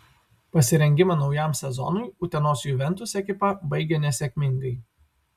pasirengimą naujam sezonui utenos juventus ekipa baigė nesėkmingai